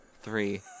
Three